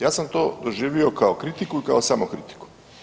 Ja sam to doživio kao kritiku i kao samokritiku.